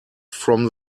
from